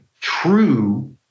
true